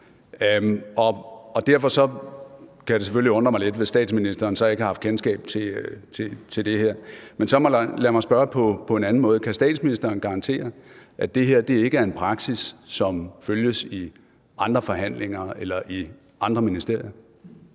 derfor kan det selvfølgelig undre mig lidt, hvis statsministeren så ikke har haft kendskab til det her. Men så lad mig spørge på en anden måde: Kan statsministeren garantere, at det her ikke er en praksis, som følges i andre forhandlinger eller i andre ministerier?